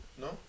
No